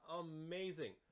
amazing